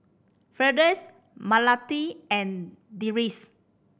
Firdaus Melati and Deris